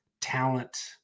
talent